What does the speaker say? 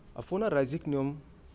আপোনাৰ ৰাজ্যিক নিয়ম